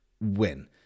win